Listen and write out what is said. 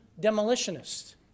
demolitionists